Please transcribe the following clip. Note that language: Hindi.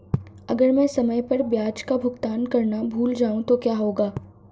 अगर मैं समय पर ब्याज का भुगतान करना भूल जाऊं तो क्या होगा?